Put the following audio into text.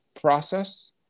process